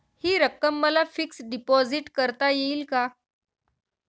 हि रक्कम मला फिक्स डिपॉझिट करता येईल का?